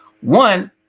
one